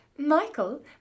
Michael